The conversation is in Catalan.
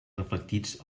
reflectits